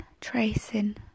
tracing